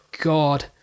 God